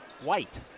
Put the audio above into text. white